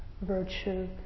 virtue